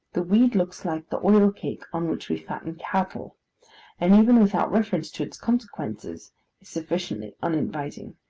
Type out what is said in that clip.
the weed looks like the oil-cake on which we fatten cattle and even without reference to its consequences, is sufficiently uninviting.